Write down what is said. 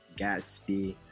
Gatsby